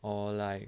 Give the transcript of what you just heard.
or like